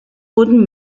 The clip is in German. wurden